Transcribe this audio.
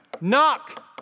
Knock